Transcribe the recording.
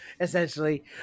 essentially